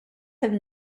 have